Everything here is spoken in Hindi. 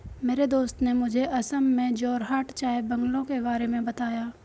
मेरे दोस्त ने मुझे असम में जोरहाट चाय बंगलों के बारे में बताया